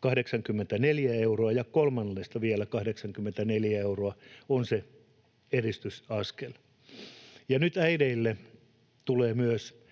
84 päivää ja kolmannesta vielä 84 päivää, se on edistysaskel. Nyt äideille tulee myös